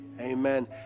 amen